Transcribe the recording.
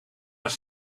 haar